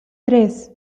tres